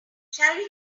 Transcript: shall